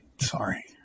Sorry